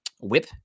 whip